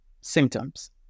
symptoms